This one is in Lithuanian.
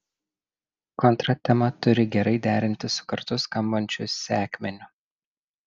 kontratema turi gerai derintis su kartu skambančiu sekmeniu